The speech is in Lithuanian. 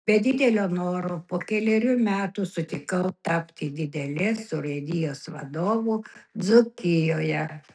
be didelio noro po kelerių metų sutikau tapti didelės urėdijos vadovu dzūkijoje